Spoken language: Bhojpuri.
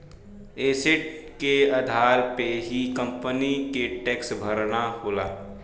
एसेट के आधार पे ही कंपनी के टैक्स भरना होला